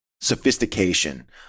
sophistication